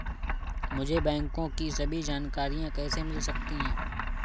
मुझे बैंकों की सभी जानकारियाँ कैसे मिल सकती हैं?